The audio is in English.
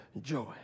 joy